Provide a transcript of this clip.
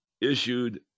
issued